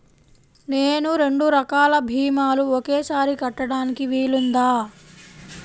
నేను రెండు రకాల భీమాలు ఒకేసారి కట్టడానికి వీలుందా?